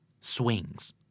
Swings